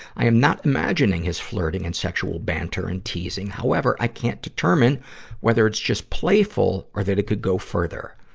i am not imagining his flirting and sexual banter and teasing. however, i can't determine whether it's just playful or that it could go further.